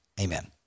Amen